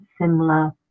similar